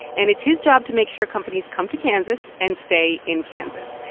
and it's his job to make sure companies come to kansas and stay in kansas.